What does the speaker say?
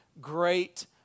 great